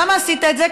למה עשית את זה?